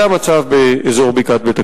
אני